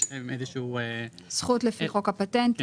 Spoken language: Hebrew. יש להם איזשהו -- זכות לפי חוק הפטנטים,